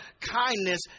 kindness